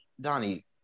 Donnie